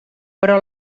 però